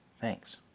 thanks